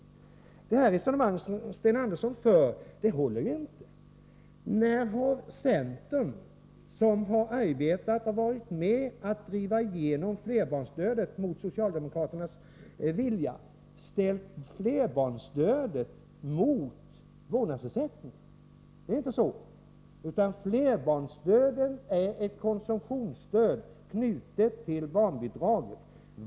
Det resonemang Sten Andersson för håller inte. När har centern, som haft möjlighet att driva igenom flerbarnsstödet mot socialdemokraternas vilja, ställt flerbarnsstödet mot vårdnadsersättningen? Flerbarnsstödet är ett konsumtionsstöd, knutet till barnbidraget.